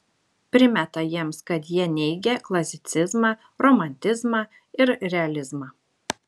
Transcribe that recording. primeta jiems kad jie neigią klasicizmą romantizmą ir realizmą